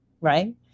right